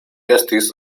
estis